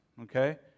okay